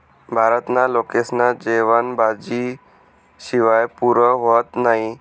भारतना लोकेस्ना जेवन भाजी शिवाय पुरं व्हतं नही